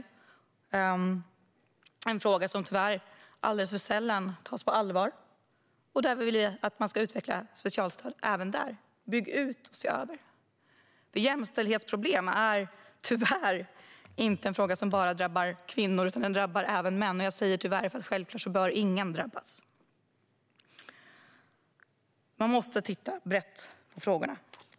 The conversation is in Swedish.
Det är en fråga som tyvärr alldeles för sällan tas på allvar. Även där vill vi att man ska utveckla specialstöd, att man ska bygga ut och se över. Jämställdhetsproblem är tyvärr inte något som bara drabbar kvinnor, utan de drabbar även män. Jag säger tyvärr därför att självklart bör ingen drabbas. Man måste titta brett på frågan.